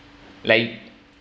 like